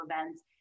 events